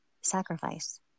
sacrifice